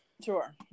Sure